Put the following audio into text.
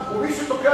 אני לא רוצה, ומי שתוקע